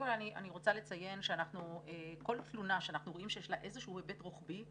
אני רוצה לציין שכל תלונה שאנחנו רואים שיש לה איזשהו היבט רוחבי,